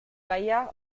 gaia